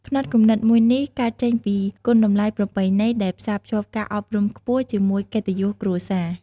ផ្នត់គំនិតមួយនេះកើតចេញពីគុណតម្លៃប្រពៃណីដែលផ្សាភ្ជាប់ការអប់រំខ្ពស់ជាមួយកិត្តិយសគ្រួសារ។